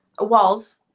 walls